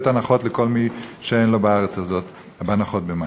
הנחות לכל מי שאין לו בארץ הזאת הנחות במים,